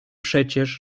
przecież